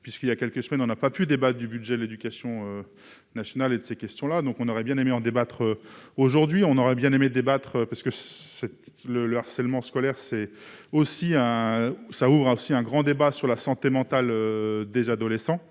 puisqu'il y a quelques semaines, on n'a pas pu débattent du budget de l'Éducation nationale et de ces questions-là, donc on aurait bien aimé en débattre aujourd'hui on aurait bien aimé débattre parce que c'est le le harcèlement scolaire c'est aussi un ça aura aussi un grand débat sur la santé mentale des adolescents.